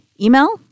email